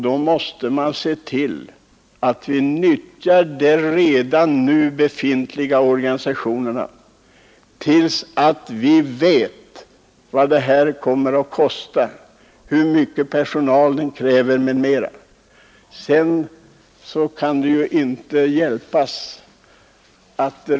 Då måste vi se till att utnyttja de organisationer som redan finns, till dess vi vet vad det nya kommer att kosta och hur stor personal den nya organisationen kräver.